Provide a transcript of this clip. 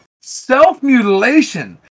self-mutilation